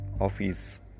office